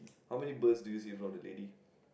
how many birds do you see from the dairy